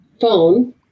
Phone